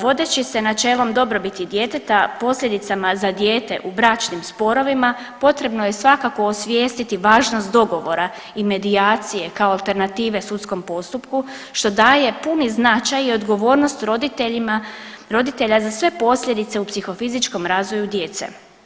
Vodeći se načelom dobrobiti djeteta posljedicama za dijete u bračnim sporovima potrebno je svakako osvijestiti važnost dogovora i medijacije kao alternative sudskom postupku što daje puni značaj i odgovornost roditeljima, roditelja za sve posljedice u psihofizičkom razvoju djece.